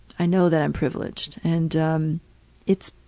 i know that i'm privileged. and it's